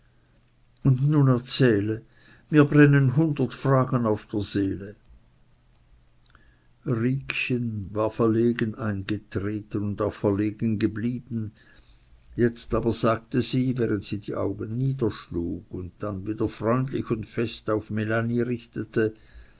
und nun erzähle mir brennen hundert fragen auf der seele riekchen war verlegen eingetreten und auch verlegen geblieben jetzt aber sagte sie während sie die augen niederschlug und dann wieder freundlich und fest auf melanie richtete